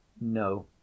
No